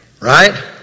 Right